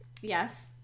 Yes